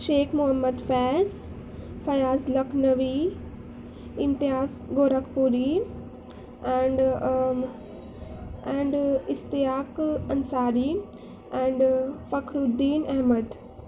Sheikh Mohammad Faiz Fayaz Lucknowi Imtiaz Gorakhpuri and and Ishtiaq Ansari and Fakhruddin Ahmad